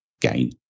gain